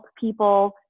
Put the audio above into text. people